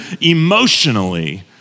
emotionally